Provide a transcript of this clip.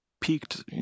peaked